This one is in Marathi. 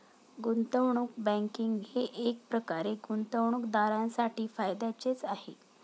गुंतवणूक बँकिंग हे एकप्रकारे गुंतवणूकदारांसाठी फायद्याचेच आहे